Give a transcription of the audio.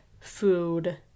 food